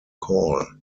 call